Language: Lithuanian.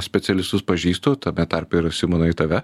specialistus pažįstu tame tarpe ir simonai tave